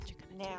Now